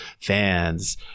fans